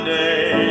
day